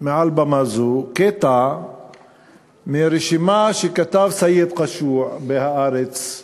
מעל במה זו קטע מרשימה שכתב סייד קשוע ב"הארץ";